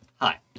Hi